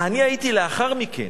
אני הייתי לאחר מכן.